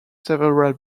several